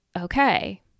okay